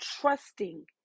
trusting